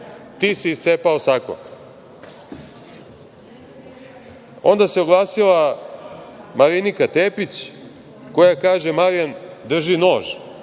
ti si iscepao sako. Onda se oglasila Marinika Tepić, koja kaže: „Marijan drži nož“.